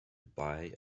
buy